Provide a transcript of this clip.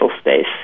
space